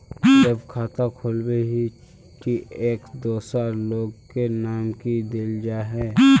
जब खाता खोलबे ही टी एक दोसर लोग के नाम की देल जाए है?